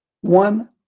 one